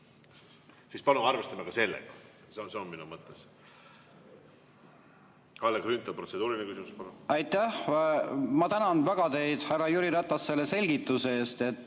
siis palun arvestage sellega. See on minu mõte. Kalle Grünthal, protseduuriline küsimus, palun! Aitäh! Ma tänan väga teid, härra Jüri Ratas, selle selgituse eest, et